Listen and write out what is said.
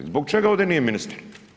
Zbog čega ovdje nije ministar?